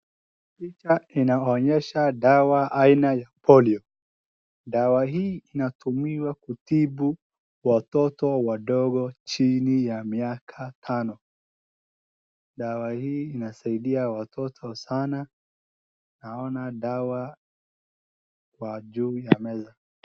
Picha inaonyesha dawa aina ya Polio dawa hii inatumiwa kutibu watoto wadogo chini ya miaka tano. Dawa hii inasaidia watoto sana naona dawa kwa juu ya meza.